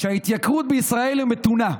שההתייקרות בישראל מתונה.